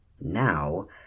Now